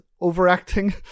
overacting